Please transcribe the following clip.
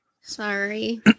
Sorry